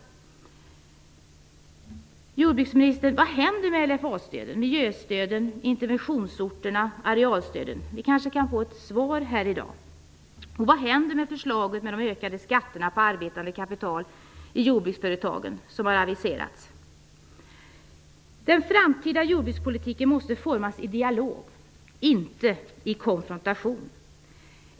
Jordbruksministern! Vad händer med LFA-stöden, miljöstöden, interventionsorterna och arealstöden? Vi kanske kan få ett svar i dag. Vad händer med förslaget om de ökade skatterna på arbetande kapital i jordbruksföretagen, som har aviserats? Den framtida jordbrukspolitiken måste formas i dialog, inte i konfrontation.